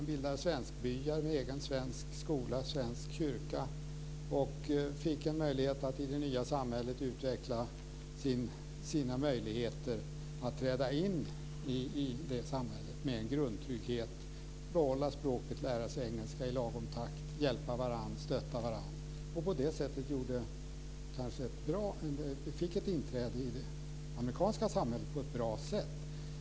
De bildade svenskbyar med svensk skola och svensk kyrka, och de kunde i det nya samhället utveckla sina möjligheter att träda in i det samhället med en grundtrygghet, behålla språket och lära sig engelska i lagom takt, hjälpa och stötta varandra. På det sättet fick de ett inträde i det amerikanska samhället på ett bra sätt.